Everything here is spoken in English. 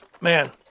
Man